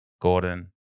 Gordon